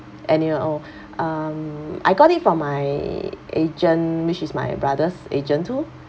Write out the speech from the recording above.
annual oh um I got it from my agent which is my brother's agent too